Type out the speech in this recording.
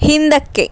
ಹಿಂದಕ್ಕೆ